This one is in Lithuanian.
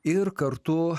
ir kartu